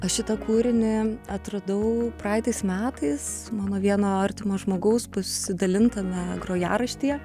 aš šitą kūrinį atradau praeitais metais mano vieno artimo žmogaus pasidalintame grojaraštyje